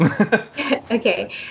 Okay